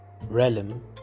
realm